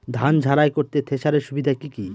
ধান ঝারাই করতে থেসারের সুবিধা কি কি?